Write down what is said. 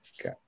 Okay